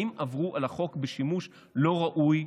האם עברו על החוק בשימוש לא ראוי?